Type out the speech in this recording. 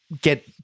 get